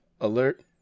alert